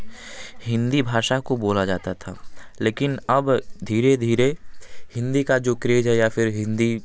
हिंदी भाषा को बोला जाता था लेकिन अब धीरे धीरे हिंदी का जो क्रेज है या फिर हिंदी